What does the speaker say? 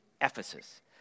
Ephesus